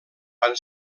van